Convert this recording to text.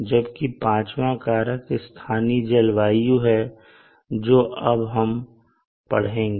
जबकि पांचवा कारक स्थानीय जलवायु है जो अब हम पढ़ेंगे